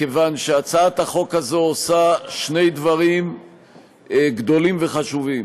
מכיוון שהצעת החוק הזאת עושה שני דברים גדולים וחשובים: